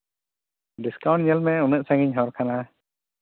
discount ᱧᱮᱞ ᱢᱮ ᱩᱱᱟᱹᱜ ᱥᱟᱺᱜᱤᱧ ᱦᱚᱨ ᱠᱟᱱᱟ